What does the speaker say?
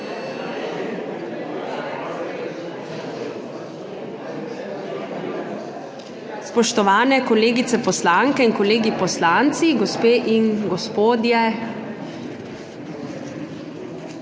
Spoštovane kolegice poslanke in kolegi poslanci, gospe in gospodje!